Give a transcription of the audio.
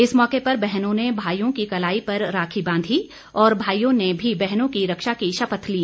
इस मौके पर बहनों ने भाईयों की कलाई पर राखी बांधी और भाईयों ने भी बहनों की रक्षा की शपथ ली